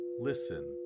listen